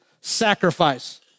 sacrifice